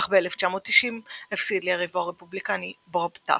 אך ב-1990 הפסיד ליריבו הרפובליקני בוב טאפט.